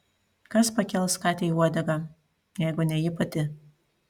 kas pakels katei uodegą jeigu ne ji pati